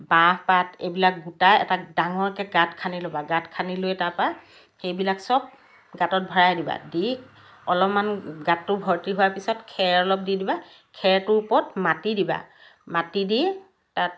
বাঁহপাত এইবিলাক গোটাই এটা ডাঙৰকৈ গাঁত খানি ল'বা গাঁত খানি লৈ তাপা সেইবিলাক চব গাঁতত ভৰাই দিবা দি অলপমান গাঁতটো ভৰ্তি হোৱাৰ পিছত খেৰ অলপ দি দিবা খেৰটোৰ ওপৰত মাটি দিবা মাটি দি তাত